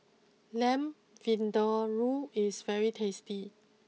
Lamb Vindaloo is very tasty